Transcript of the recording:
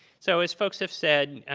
so as folks have said